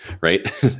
right